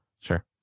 Sure